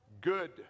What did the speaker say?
good